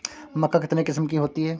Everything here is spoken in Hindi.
मक्का कितने किस्म की होती है?